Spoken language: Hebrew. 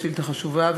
השאילתה חשובה,